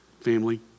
family